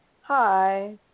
hi